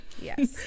yes